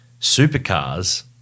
Supercars